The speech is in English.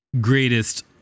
greatest